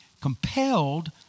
compelled